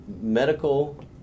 Medical